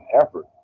effort